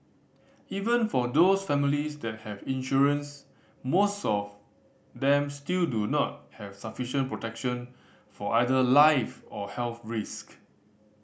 even for those families that have insurance most of them still do not have sufficient protection for either life or health risk